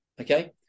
okay